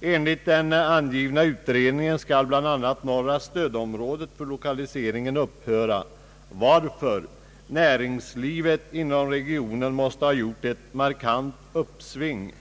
Enligt den angivna utredningen skall bl.a. norra stödområdet för lokalisering upphöra. Varför? Näringslivet inom regionen måste ha gjort ett markant uppsving.